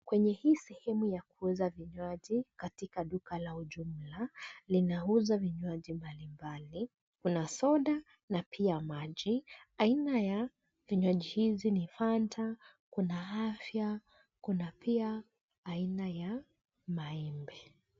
Kwenye hii sehemu ya kuuza vinywaji katika duka la ujumla linauza vinywaji mbalimbali kuna soda na pia maji. Aina ya vinywaji hizi ni fanta kuna afya na pia aina ya maembe.